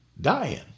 dying